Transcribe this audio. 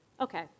okay